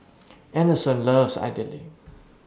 Anderson loves Idili